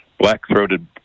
black-throated